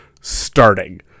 starting